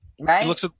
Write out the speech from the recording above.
Right